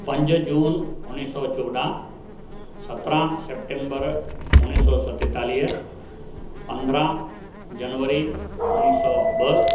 पंज जून उणिवीह सौ चोॾहं सत्रहं सैप्टैम्बर उणिवीह सौ सतेतालीह पंद्रहं जनवरी उणिवीह सौ ॿ